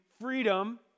freedom